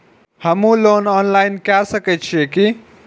हमू loan online के सके छीये की?